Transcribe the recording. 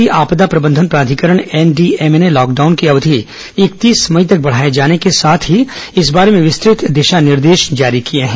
राष्ट्रीय आपदा प्रबंधन प्राधिकरण एनडीएमए ने लॉकडाउन की अवधि इकतीस मई तक बढ़ाए जाने के साथ ही इस बारे में विस्तृत दिशा निर्देश जारी किए हैं